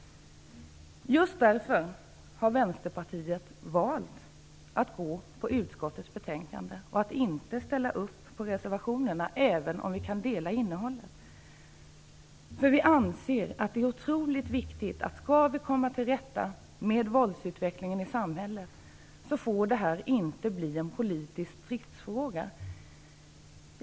Just därför har vi i Vänsterpartiet valt att följa skrivningen i utskottets betänkande och att inte ställa upp på reservationerna, även om vi kan ställa upp på innehållet där. Vi anser att det är otroligt viktigt att hanteringen av det här, för att vi skall kunna komma till rätta med våldsutvecklingen i samhället, inte blir en politisk stridsfråga.